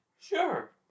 Sure